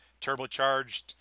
Turbocharged